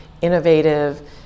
innovative